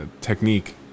technique